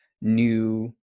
new